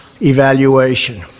evaluation